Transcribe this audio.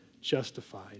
justified